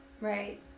Right